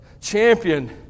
champion